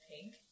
Pink